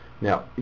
Now